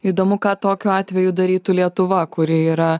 įdomu ką tokiu atveju darytų lietuva kuri yra